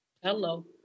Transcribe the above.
Hello